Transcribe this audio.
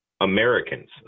Americans